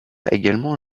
également